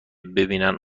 ببینن